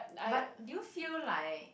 but do you feel like